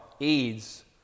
aids